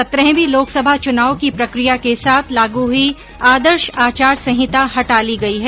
सत्रहवीं लोकसभा चुनाव की प्रकिया के साथ लागू हुई आदर्श आचार संहिता हटा ली गई है